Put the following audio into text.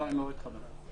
החרגה מהחובה